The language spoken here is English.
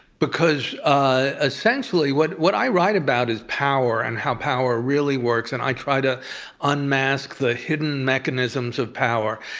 because ah essentially what what i write about is power and how power really works, and i try to unmask the hidden mechanisms of power.